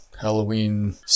Halloween